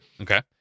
Okay